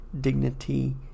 dignity